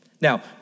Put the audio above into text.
Now